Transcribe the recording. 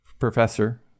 professor